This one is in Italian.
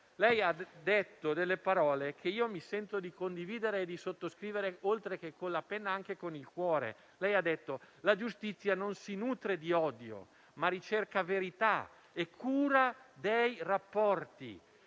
Lei ha detto parole che mi sento di condividere e sottoscrivere, oltre che con la penna, anche con il cuore. Ha detto che la giustizia non si nutre di odio, ma ricerca la verità e la cura dei rapporti.